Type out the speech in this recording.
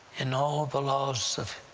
in all of the laws of